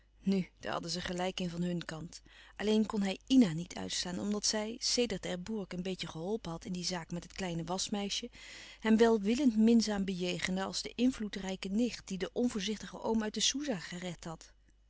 nu daar hadden ze gelijk in van hun kant alleen kon hij ina niet uitstaan omdat zij sedert d'herbourg een beetje geholpen had in die zaak met het kleine waschmeisje hem welwillend minzaam bejegende als de invloedrijke nicht die den onvoorzichtigen oom uit de soesah gered had